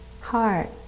heart